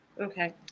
okay